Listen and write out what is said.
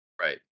Right